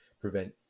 prevent